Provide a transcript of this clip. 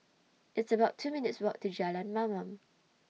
It's about two minutes' Walk to Jalan Mamam